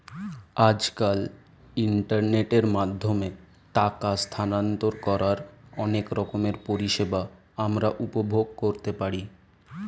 আজকাল ইন্টারনেটের মাধ্যমে টাকা স্থানান্তর করার অনেক রকমের পরিষেবা আমরা উপভোগ করতে পারি